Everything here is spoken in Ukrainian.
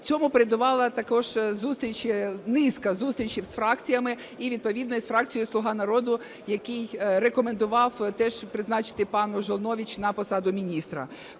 Цьому передувала також зустріч, низка зустрічей з фракціями, і, відповідно, із фракцією "Слуга народу", який рекомендував теж призначити пані Жолнович на посаду міністра.